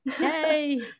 Yay